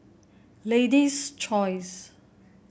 Lady's Choice